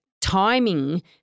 timing